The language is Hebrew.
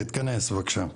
תתכנס בבקשה.